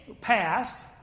passed